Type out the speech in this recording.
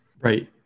Right